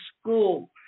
school